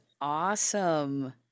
awesome